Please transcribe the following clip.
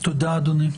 תודה, אדוני.